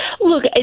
Look